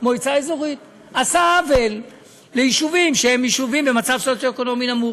ועשה עוול ליישובים שהם יישובים במצב סוציו-אקונומי נמוך,